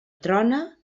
trona